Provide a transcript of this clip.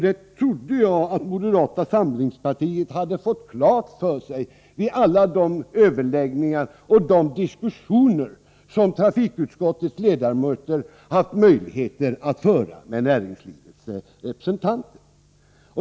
Det trodde jag att moderata samlingspartiet hade fått klart för sig vid alla de överläggningar och diskussioner som trafikutskottets ledamöter haft möjlighet att föra med näringslivets representanter.